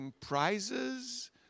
prizes